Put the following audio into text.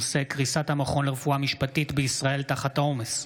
ולדימיר בליאק בנושא: קריסת המכון לרפואה משפטית בישראל תחת העומס.